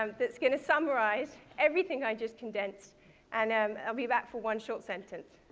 um that's going to summarize everything i just condensed and um i'll be back for one short sentence.